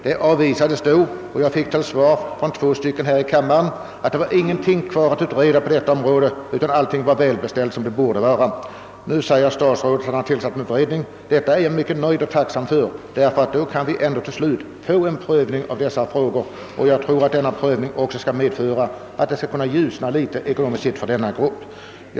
Denna motion avslogs, och från två av kammarens ledamöter fick jag till svar att det inte fanns något att utreda på detta område, utan att allt var väl beställt. Statsrådet säger nu att en utredning har tillsatts. Jag är mycket nöjd över detta, ty nu kan vi till slut få dessa frågor prövade. Jag tror att denna prövning skall medföra en ljusning på det ekonomiska planet för denna grupp människor.